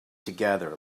together